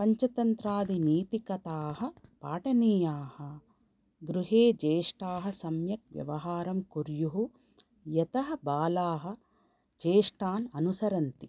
पञ्चतन्त्रादिनीतिकथाः पाठनीयाः गृहे ज्येष्ठाः सम्यक् व्यवहारं कुर्युः यतः बालाः ज्येष्ठान् अनुसरन्ति